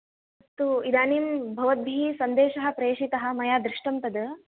अस्तु इदानीं भवद्भिः सन्देशः प्रेषितः मया दष्टं तत्